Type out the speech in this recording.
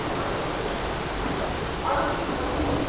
hello अरू के थियो बहिनी